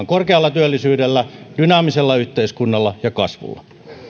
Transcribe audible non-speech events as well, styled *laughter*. *unintelligible* korkealla työllisyydellä dynaamisella yhteiskunnalla ja kasvulla